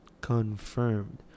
confirmed